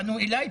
פנו אלי,